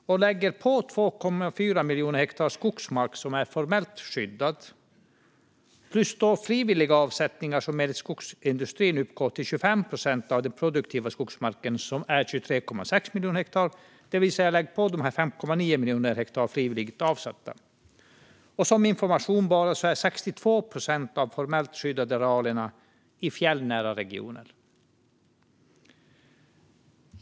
Man kan lägga till 2,4 miljoner hektar skogsmark som är formellt skyddad plus frivilliga avsättningar som enligt skogsindustrin uppgår till 25 procent av den produktiva skogsmarken, som är 23,6 miljoner hektar. Det är alltså 5,9 miljoner hektar som är frivilligt avsatta. Som information kan jag säga att 62 procent av de formellt skyddade arealerna är i fjällnära regioner.